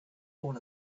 all